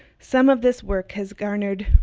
some of this work has garnered